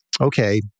okay